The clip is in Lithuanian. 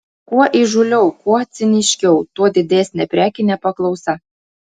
kuo įžūliau kuo ciniškiau tuo didesnė prekinė paklausa